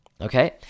Okay